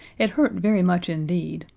it hurt very much indeed,